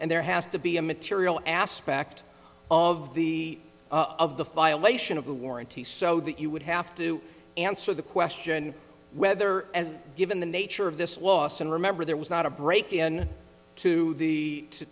and there has to be a material aspect of the of the violation of the warranty so that you would have to answer the question whether as given the nature of this loss and remember there was not a break in to the